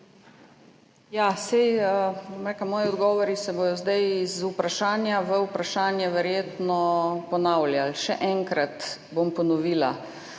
Moji odgovori se bodo zdaj iz vprašanja v vprašanje verjetno ponavljali. Še enkrat bom ponovila: